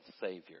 Savior